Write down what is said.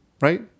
Right